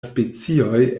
specioj